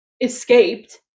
escaped